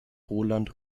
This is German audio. roland